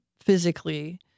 physically